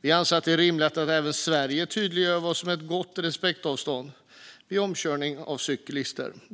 Vi anser att det är rimligt att även i Sverige tydliggöra vad som är ett gott respektavstånd vid omkörning av en cyklist.